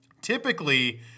typically